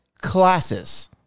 classes